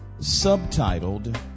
subtitled